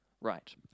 Right